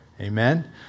Amen